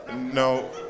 no